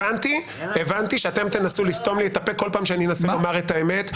הבנתי שאתם תנסו לסתום לי את הפה כל פעם שאני אנסה לומר את האמת.